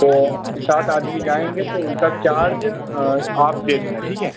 तो सात आदमी जाएँगे तो उनका चार्ज आप दे देना ठीक है